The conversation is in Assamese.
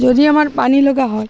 যদি আমাৰ পানী লগা হয়